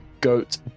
GOAT